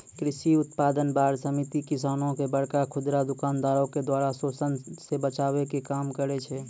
कृषि उत्पाद बार समिति किसानो के बड़का खुदरा दुकानदारो के द्वारा शोषन से बचाबै के काम करै छै